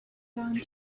down